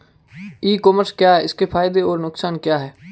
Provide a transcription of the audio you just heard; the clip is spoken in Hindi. ई कॉमर्स क्या है इसके फायदे और नुकसान क्या है?